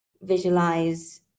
visualize